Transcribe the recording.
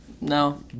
No